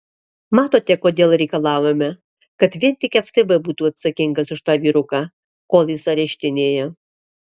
matote kodėl reikalavome kad vien tik ftb būtų atsakingas už tą vyruką kol jis areštinėje